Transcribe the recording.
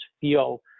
feel